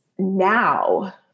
now